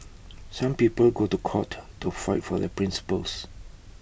some people go to court to fight for their principles